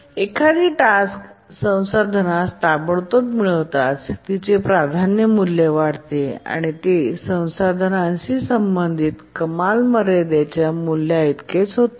एखादी टास्क संसाधनास ताबडतोब मिळविताच तिचे प्राधान्य मूल्य वाढते आणि ते संसाधनांशी संबंधित कमाल मर्यादेच्या मूल्याइतके होते